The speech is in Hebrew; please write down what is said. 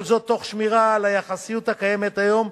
כל זאת תוך שמירה על היחסיות הקיימת היום,